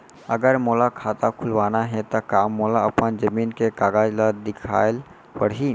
अगर मोला खाता खुलवाना हे त का मोला अपन जमीन के कागज ला दिखएल पढही?